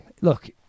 Look